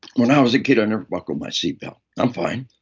when i was a kid, i never buckled my seatbelt. i'm fine.